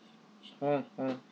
mm mm